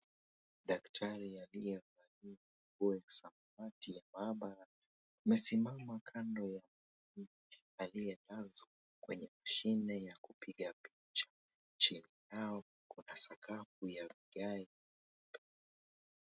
Daktari aliyevalia nguo ya samawati ya mahabara amesimama kando ya mgonjwa aliyelazwa kwenye mashine yakupiga picha chini yao kuna sakafu ya vigae.